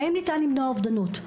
האם ניתן למנוע אובדנות?